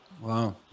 Wow